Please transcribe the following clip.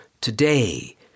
today